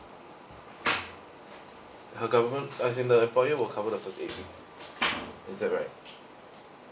her government as in her employer will cover the first eight weeks is that right